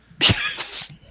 Yes